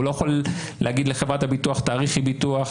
הוא לא יכול להגיד לחברת הביטוח: תאריכי ביטוח,